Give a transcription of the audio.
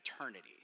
eternity